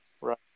right